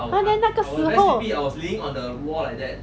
!huh! then 那个时候